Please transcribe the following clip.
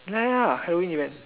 ya ya ya Halloween event